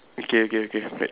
okay okay okay right